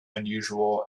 unusual